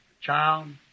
child